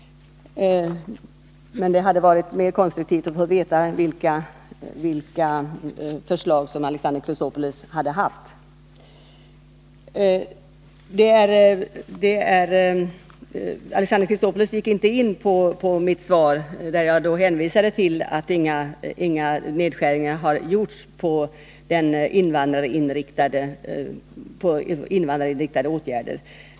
Men det hade varit mer konstruktivt om man fått veta vilka förslag Alexander Chrisopoulos haft att föra fram. Alexander Chrisopoulos gick inte in på mitt svar, där jag hänvisat till att inga nedskärningar genomförts då det gäller invandrarinriktade åtgärder.